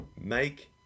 make